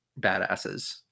badasses